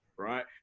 Right